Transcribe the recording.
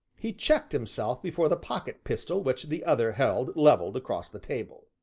he checked himself before the pocket-pistol which the other held levelled across the table.